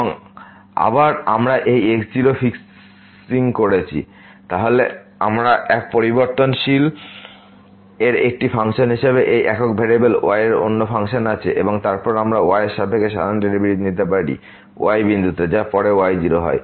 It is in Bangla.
এবং আবার আমরা এই x0 ফিক্সিং করেছি তাহলে আমরা এক পরিবর্তনশীল এর একটি ফাংশন হিসাবে এই একক ভ্যারিয়েবল y এর জন্য ফাংশন আছে এবং তারপর আমরা y এর সাপেক্ষে সাধারণ ডেরিভেটিভ নিতে পারি y বিন্দুতে যা পরে y0 হয়